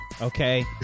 Okay